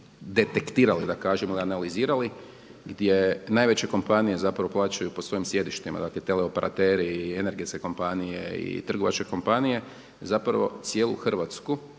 da kažem izanalizirali, gdje najveće kompanije zapravo plaćaju po svojim sjedištima, dakle teleoperateri i energetske kompanije i trgovačke kompanije zapravo cijelu Hrvatsku,